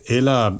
Eller